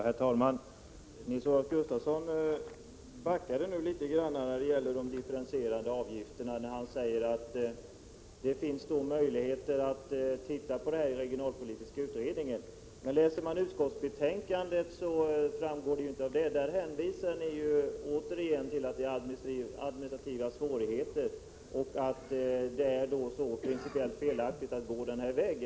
Herr talman! Nils-Olof Gustafsson backade nu något när det gäller de differentierade avgifterna. Han säger att det finns möjligheter att se över detta i den regionalpolitiska utredningen. Men det framgår inte om man läser utskottsbetänkandet. Där hänvisar ni återigen till administrativa svårigheter och att det är principiellt felaktigt att gå denna väg.